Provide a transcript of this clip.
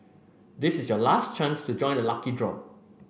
this is your last chance to join the lucky draw